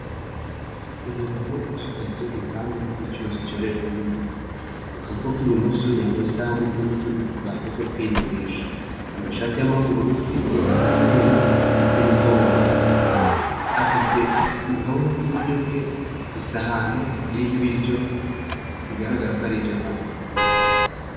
Umugabo uhagaze iruhande rw'icyuzi cyororerwamo amafi, Ku kuboko kw'ibumoso yambaye isaha ndetse n'utundi dutako two kwirimbisha, yambaye ishati y'amaboko magufi yenda kuba umweru ndetse n'ikoboyi hasi. Afite mu kaboko k'iburyo bwe isahani iriho ibiryo bigaragara ko ari iby'amafi.